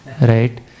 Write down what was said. Right